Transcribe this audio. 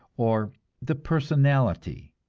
or the personality.